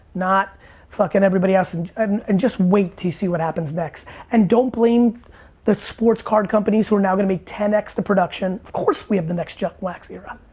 not fucking everybody else and and and just wait til you see what happens next and don't blame the sports card companies who are now gonna make ten x the production. of course, we have the next junk wax era.